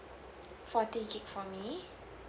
forty gigabyte for me